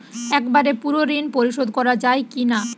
একবারে পুরো ঋণ পরিশোধ করা যায় কি না?